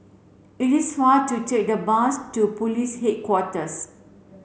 it is far to take the bus to Police Headquarters